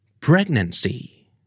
Pregnancy